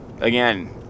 again